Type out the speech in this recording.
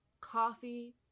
coffee